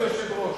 אדוני היושב-ראש?